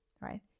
right